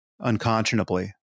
unconscionably